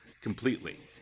completely